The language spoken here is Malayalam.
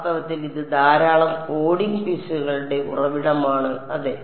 വാസ്തവത്തിൽ ഇത് ധാരാളം കോഡിംഗ് പിശകുകളുടെ ഉറവിടമാണ് അതെ